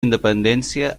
independència